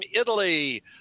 Italy